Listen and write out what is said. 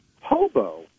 hobo